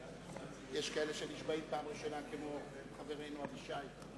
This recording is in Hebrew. יש כאלה שנשבעים פעם ראשונה כמו חברנו אבישי.